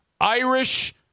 Irish